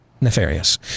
nefarious